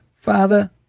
Father